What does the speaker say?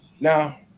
Now